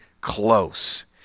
close